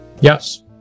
yes